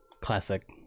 classic